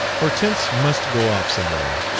hortense must go off somewhere,